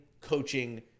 coaching